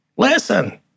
listen